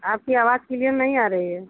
आपकी आवाज क्लियर नहीं आ रही है